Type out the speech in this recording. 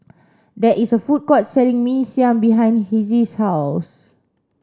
there is a food court selling Mee Siam behind Hezzie's house